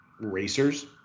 racers